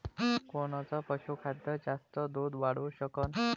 कोनचं पशुखाद्य जास्त दुध वाढवू शकन?